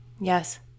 Yes